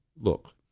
look